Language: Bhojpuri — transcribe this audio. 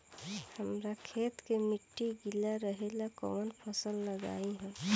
हमरा खेत के मिट्टी गीला रहेला कवन फसल लगाई हम?